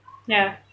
ya